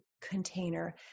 container